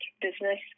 business